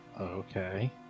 Okay